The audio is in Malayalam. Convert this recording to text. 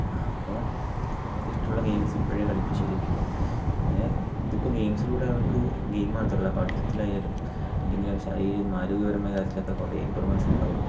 അപ്പോൾ അവർക്ക് ഇഷ്ടമുള്ള ഗെയിംസ് ഇപ്പോഴേ കളിപ്പിച്ച് ശീലിപ്പിക്കുക അങ്ങനെ ഇതിപ്പോൾ ഗെയിംസിലൂടെ അവർക്ക് ഗെയിം മാത്രമല്ല പഠിത്തത്തിൽ ആയാലും അല്ലെങ്കിൽ ശാരീരികവും ആരോഗ്യപരവും ആയിട്ടുള്ള കാര്യത്തിലൊക്കെ കുറേ ഇംപ്രൂവ്മെൻറ്സ് ഉണ്ടാവും